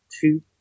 two